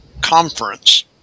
conference